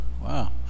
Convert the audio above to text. wow